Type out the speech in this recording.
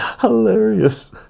hilarious